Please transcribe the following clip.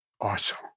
Awesome